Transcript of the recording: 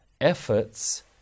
efforts